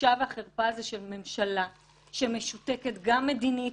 הבושה והחרפה זה של ממשלה שמשותקת גם מדינית